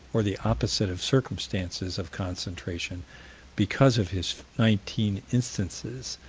or the opposite of circumstances of concentration because, of his nineteen instances,